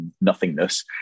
nothingness